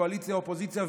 קואליציה ואופוזיציה.